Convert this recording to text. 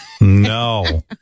No